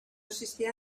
existía